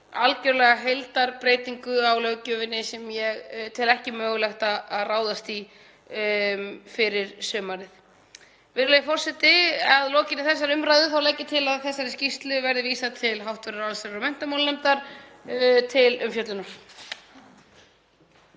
algjöra heildarbreytingu á löggjöfinni sem ég tel ekki mögulegt að ráðast í fyrir sumarið. Virðulegi forseti. Að lokinni þessari umræðu legg ég til að þessari skýrslu verði vísað til hv. allsherjar- og menntamálanefndar til umfjöllunar.